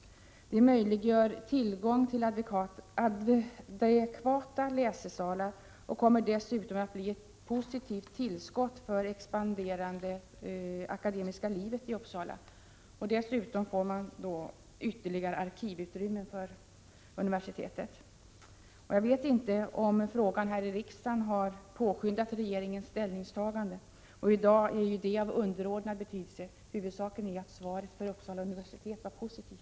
Det möjliggör tillgång till adekvata läsesalar och kommer att bli ett positivt tillskott för det expanderande akademiska livet i Uppsala. Dessutom får man ytterligare arkivutrymmen för universitetet. Jag vet inte om frågan här i riksdagen har påskyndat regeringens ställningstagande, men i dag är ju det av underordnad betydelse. Huvudsaken är att svaret för Uppsala universitet var positivt.